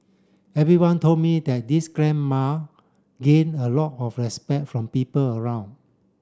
everyone told me that this grandma gain a lot of respect from people around